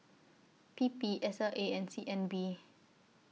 P P S L A and C N B